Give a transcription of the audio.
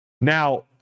Now